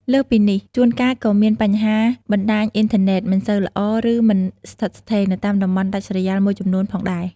លើសពីនេះ ជួនកាលក៏មានបញ្ហាបណ្ដាញអ៊ីនធឺណិតមិនសូវល្អ ឬមិនស្ថិតស្ថេរ នៅតាមតំបន់ដាច់ស្រយាលមួយចំនួនផងដែរ។